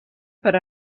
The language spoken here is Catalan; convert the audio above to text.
per